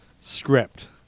script